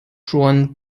joan